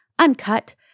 uncut